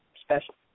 special